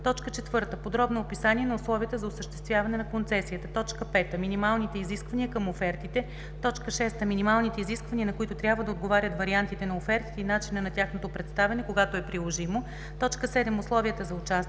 е приложимо; 4. подробно описание на условията за осъществяване на концесията; 5. минималните изисквания към офертите; 6. минималните изисквания, на които трябва да отговарят вариантите на офертите, и начина на тяхното представяне, когато е приложимо; 7. условията за участие;